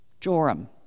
Joram